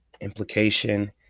implication